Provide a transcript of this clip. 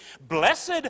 blessed